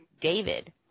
David